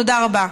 תודה רבה.